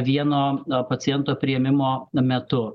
vieno paciento priėmimo metu